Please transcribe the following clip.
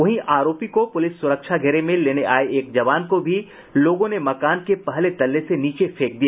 वहीं आरोपी को पुलिस सुरक्षा घेरे में लेने आये एक जवान को भी लोगों ने मकान के पहले तल्ले से नीचे फेंक दिया